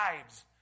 lives